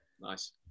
Nice